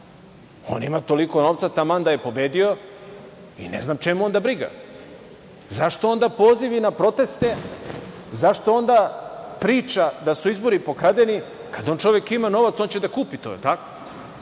On ima toliko novca taman da je pobedio i ne znam čemu onda briga? Zašto onda pozivi na proteste, zašto onda priča da su izbori pokradeni kada on, čovek, ima novac, on će da kupi to, da